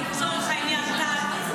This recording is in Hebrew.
לצורך העניין כאן,